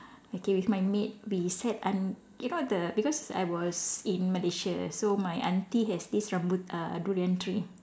okay with my maid we sat un~ you know the because I was in Malaysia so my aunty has this rambut~ uh durian tree